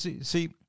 see